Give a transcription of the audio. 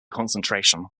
concentration